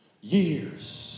years